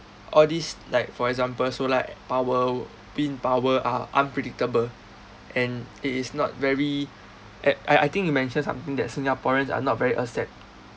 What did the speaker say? all these like for example solar power wind power are unpredictable and it is not very at I I think you mentioned something that singaporeans are not very acceptive